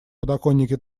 подоконнике